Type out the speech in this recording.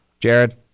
Jared